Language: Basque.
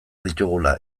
ditugula